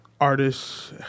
artists